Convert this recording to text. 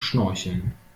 schnorcheln